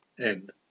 End